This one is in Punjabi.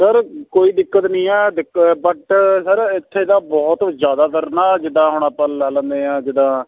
ਸਰ ਕੋਈ ਦਿੱਕਤ ਨੀ ਹੈ ਦੇਖੋ ਬਟ ਸਰ ਇੱਥੇ ਤਾਂ ਬਹੁਤ ਜ਼ਿਆਦਾਤਰ ਨਾ ਜਿੱਦਾਂ ਹੁਣ ਆਪਾਂ ਲਾ ਲੈਂਦੇ ਆ ਜਿੱਦਾਂ